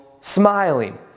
smiling